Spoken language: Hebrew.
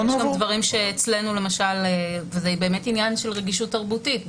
זה באמת עניין של רגישות תרבותית.